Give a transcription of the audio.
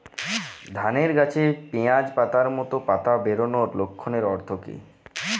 ধানের গাছে পিয়াজ পাতার মতো পাতা বেরোনোর লক্ষণের অর্থ কী?